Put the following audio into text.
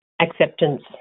acceptance